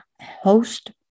host